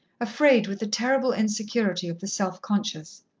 afraid with the terrible insecurity of the self-conscious.